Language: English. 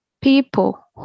people